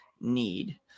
need